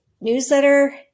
newsletter